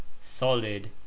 solid